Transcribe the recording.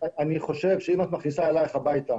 אני חושב שאם את מכניסה אלייך הביתה,